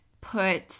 put